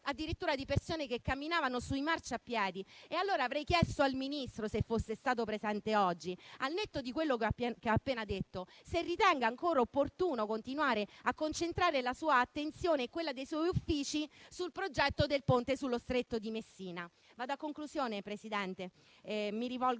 addirittura di persone che camminavano sui marciapiedi. Avrei chiesto al Ministro, se fosse stato presente oggi, al netto di quello appena detto, se ritiene ancora opportuno continuare a concentrare la sua attenzione e quella dei suoi uffici sul progetto del Ponte sullo Stretto di Messina. In conclusione, Presidente, mi rivolgo al